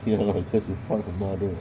ya cause you fuck her mother